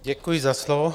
Děkuji za slovo.